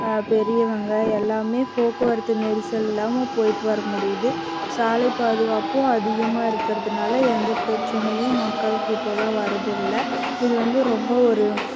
பெரியவங்கள் எல்லாமே போக்குவரத்து நெரிசல் இல்லாமல் போய்விட்டு வர முடியுது சாலை பாதுகாப்பும் அதிகமாக இருக்கிறதுனால எந்த பிரச்சினையும் மக்களுக்கு இப்போவெலாம் வரதில்லை இது வந்து ரொம்ப ஒரு